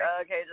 okay